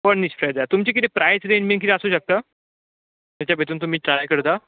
furnished जाय सो तुमची कितें प्रायस रेंज बी आसूंक शकता जेच्या भितून तुमी ट्राय करता